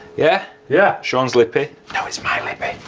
yeah? yeah. shaun's lippy, no it's my lippy.